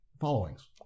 followings